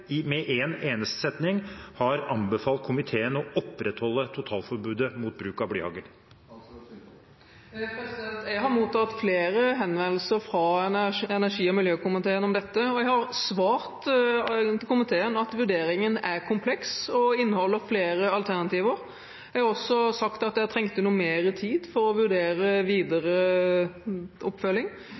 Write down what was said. med én eneste setning har anbefalt komiteen å opprettholde totalforbudet mot bruk av blyhagl. Jeg har mottatt flere henvendelser fra energi- og miljøkomiteen om dette, og jeg har svart komiteen at vurderingen er kompleks og inneholder flere alternativer. Jeg har også sagt at jeg trengte mer tid for å vurdere videre oppfølging.